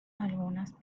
algunas